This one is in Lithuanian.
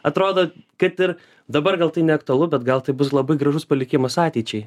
atrodo kad ir dabar gal tai neaktualu bet gal tai bus labai gražus palikimas ateičiai